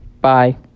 Bye